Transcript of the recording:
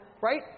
Right